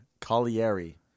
Colliery